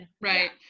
Right